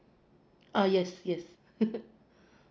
uh yes yes